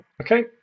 Okay